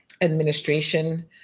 administration